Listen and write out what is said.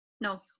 No